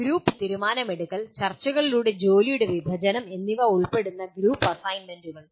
group തീരുമാനമെടുക്കൽ ചർച്ചകളിലൂടെ ജോലിയുടെ വിഭജനം എന്നിവ ഉൾപ്പെടുന്ന ഗ്രൂപ്പ് അസൈൻമെന്റുകൾ